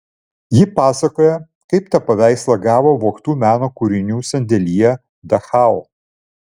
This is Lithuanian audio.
ji pasakoja kaip tą paveikslą gavo vogtų meno kūrinių sandėlyje dachau